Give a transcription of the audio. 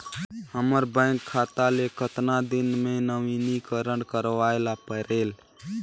हमर बैंक खाता ले कतना दिन मे नवीनीकरण करवाय ला परेल?